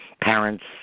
parents